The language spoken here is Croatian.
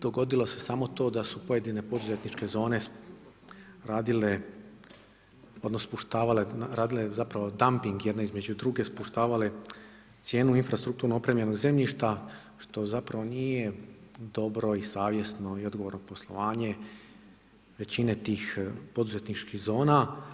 Dogodilo se samo to da su pojedine poduzetničke zone radile odnosno radile dumping jedna između druge, spuštavale cijenu infrastrukturno opremljenog zemljišta što zapravo nije dobro i savjesno i odgovorno poslovanje većine tih poduzetničkih zona.